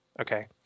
Okay